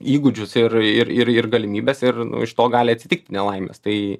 įgūdžius ir ir ir ir galimybes ir iš to gali atsitikti nelaimės tai